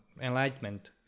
Enlightenment